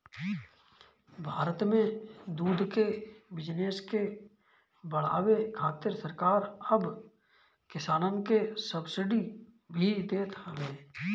भारत में दूध के बिजनेस के बढ़ावे खातिर सरकार अब किसानन के सब्सिडी भी देत हवे